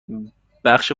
بخش